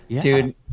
dude